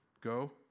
go